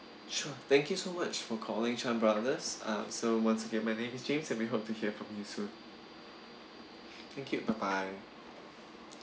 sure thank you so much for calling Chan Brothers uh so once again my name is james and we hope to hear from you soon thank you bye bye